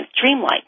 dreamlike